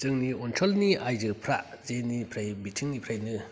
जोंनि ओनसोलनि आइजोफ्रा जेनिफ्राय बिथिंनिफ्रायनो